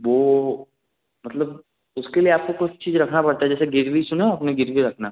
वो मतलब उसके लिए आपको कुछ चीज रखना पड़ता है जैसे गिरवी सुना है आपने गिरवी रखना